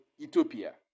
Ethiopia